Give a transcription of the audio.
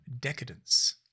decadence